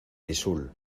tixul